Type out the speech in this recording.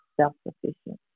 self-sufficient